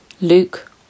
Luke